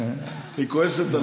היא כועסת עליי.